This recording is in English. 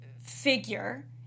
figure